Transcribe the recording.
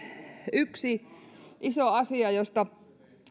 yksi iso asia josta